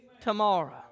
tomorrow